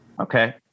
Okay